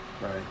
right